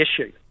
issue